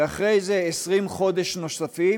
ואחרי זה 20 חודש נוספים,